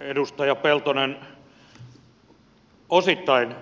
edustaja peltonen osittain